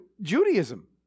Judaism